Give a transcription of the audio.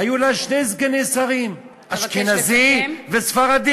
היו לה שני סגני שרים, אשכנזי וספרדי.